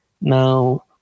Now